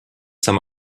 some